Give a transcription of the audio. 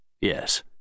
Yes